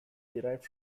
derived